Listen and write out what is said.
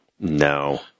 No